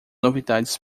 novidades